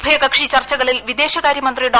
ഉഭയകക്ഷി ചർച്ചകളിൽ വിദേശകാര്യമന്ത്രി ഡോ